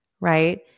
right